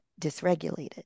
dysregulated